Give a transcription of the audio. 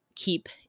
keep